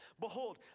Behold